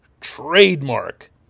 trademark